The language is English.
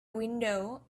window